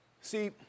See